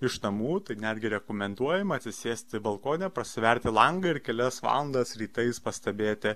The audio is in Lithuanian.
iš namų netgi rekomenduojama atsisėsti balkone prasiverti langą ir kelias valandas rytais pastebėti